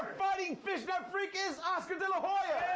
fighting fishnet freak is oscar de la hoya.